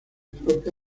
propia